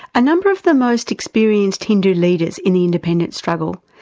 a number of the most experienced hindu leaders in the independence struggle,